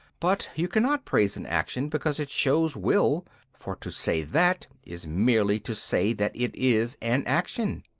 but you cannot praise an action because it shows will for to say that is merely to say that it is an action.